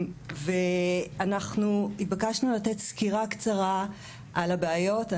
אנחנו התבקשנו לתת סקירה קצרה על הבעיות.